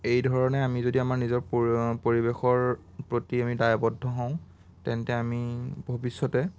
এইধৰণে আমি যদি আমাৰ নিজৰ পৰিৱেশৰ প্ৰতি আমি দায়বদ্ধ হওঁ তেন্তে আমি ভৱিষ্যতে